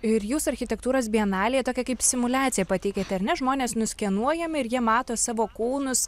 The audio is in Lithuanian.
ir jūs architektūros bienalėje tokią kaip simuliaciją pateikėt ar ne žmonės nuskenuojami ir jie mato savo kūnus